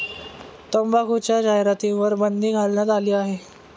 तंबाखूच्या जाहिरातींवर बंदी घालण्यात आली आहे